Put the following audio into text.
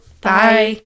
Bye